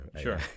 Sure